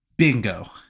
Bingo